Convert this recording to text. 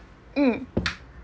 mm